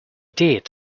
did